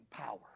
power